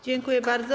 Dziękuję bardzo.